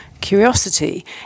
curiosity